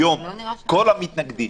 היום כל המתנגדים,